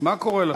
מה קורה לכם?